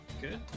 Good